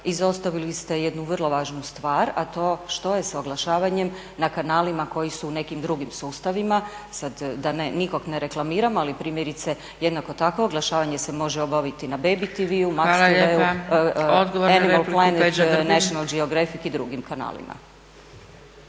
izostavili ste jednu vrlo važnu stvar, a to je što je s oglašavanjem na kanalima koji su u nekim drugim sustavima. Sad da nikog ne reklamiram ali primjerice jednako tako oglašavanje se može obaviti i na baby tv, MAX tv-u, Animal Planet, National Geografic i drugim kanalima.